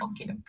Okay